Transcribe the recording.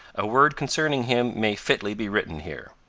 a word concerning him may fitly be written here.